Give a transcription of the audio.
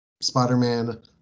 Spider-Man